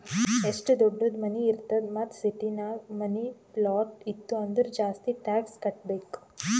ಎಷ್ಟು ದೊಡ್ಡುದ್ ಮನಿ ಇರ್ತದ್ ಮತ್ತ ಸಿಟಿನಾಗ್ ಮನಿ, ಪ್ಲಾಟ್ ಇತ್ತು ಅಂದುರ್ ಜಾಸ್ತಿ ಟ್ಯಾಕ್ಸ್ ಕಟ್ಟಬೇಕ್